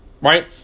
Right